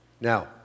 Now